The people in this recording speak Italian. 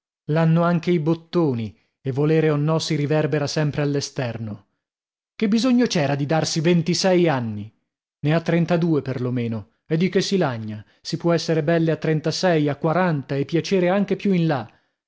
l'hanno anche i bottoni e volere o no si riverbera sempre all'esterno che bisogno c'era di darsi ventisei anni ne ha trentadue per lo meno e di che si lagna si può esser belle a trentasei a quaranta e piacere anche più in là